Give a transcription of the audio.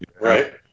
Right